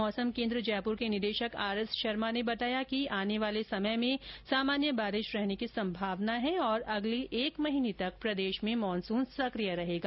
मौसम केन्द्र जयपुर के निदेशक आरएस शर्मा ने बताया कि आने वाले समय मे सामान्य बारिश रहने की संभावना है और अगले एक महीने तक प्रदेश में मानसून सक्रिय रहेगा